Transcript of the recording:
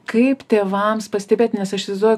kaip tėvams pastebėt nes aš įsivaizduoju